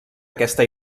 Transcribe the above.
aquesta